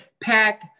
pack